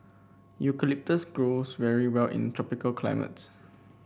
eucalyptus grows very well in tropical climates